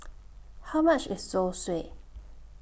How much IS Zosui